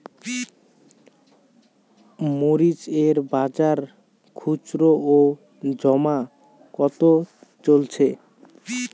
মরিচ এর বাজার খুচরো ও জমা কত চলছে?